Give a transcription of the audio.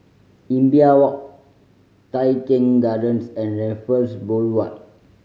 Imbiah Walk Tai Keng Gardens and Raffles Boulevard